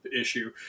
issue